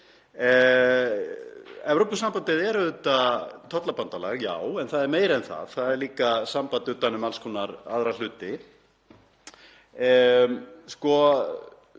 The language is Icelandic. Evrópusambandið er auðvitað tollabandalag en það er meira en það, það er líka samband utan um alls konar aðra hluti.